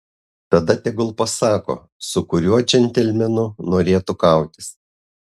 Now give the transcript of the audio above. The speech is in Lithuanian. tada tegul pasako su kuriuo džentelmenu norėtų kautis